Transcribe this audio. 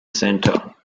center